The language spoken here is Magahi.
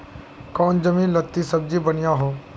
कौन जमीन लत्ती सब्जी बढ़िया हों?